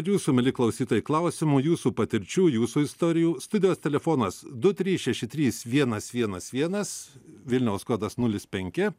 jūsų mieli klausytojai klausimų jūsų patirčių jūsų istorijų studijos telefonas du trys šeši trys vienas vienas vienas vilniaus kodas nulis penki